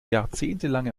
jahrzehntelange